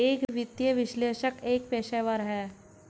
एक वित्तीय विश्लेषक एक पेशेवर है